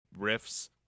riffs